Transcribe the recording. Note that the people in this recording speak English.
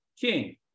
king